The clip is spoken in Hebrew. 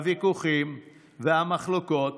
הוויכוחים והמחלוקות,